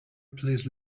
please